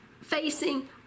facing